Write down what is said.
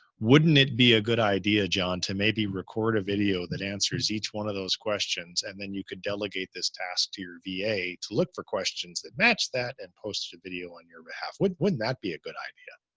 wouldn't it be a good idea, john, to maybe record a video that answers each one of those questions and then you could delegate this task to your va to look for questions that matched that and posted a video on your behalf. what wouldn't that be a good idea?